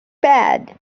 bad